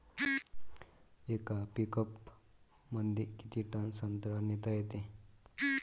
येका पिकअपमंदी किती टन संत्रा नेता येते?